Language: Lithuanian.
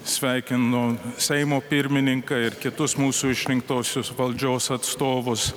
sveikinu seimo pirmininką ir kitus mūsų išrinktuosius valdžios atstovus